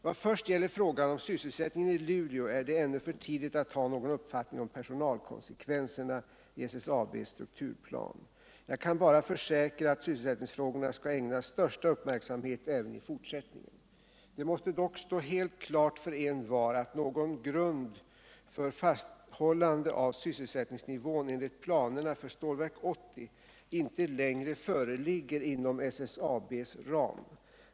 Vad först gäller frågan om sysselsättningen i Luleå är det ännu för tidigt att ha någon uppfattning om personalkonsekvenserna i SSAB:s strukturplan. Jag kan bara försäkra att sysselsättningsfrågorna skall ägnas största uppmärksamhet även i fortsättningen. Det måste dock stå helt klart för envar att någon grund för fasthållande av sysselsättningsnivån enligt planerna för Stålverk 80 inte längre föreligger inom SSAB:s ram.